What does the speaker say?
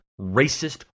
racist